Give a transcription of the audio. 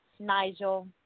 Nigel